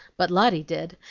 but lotty did,